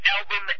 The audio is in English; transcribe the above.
Album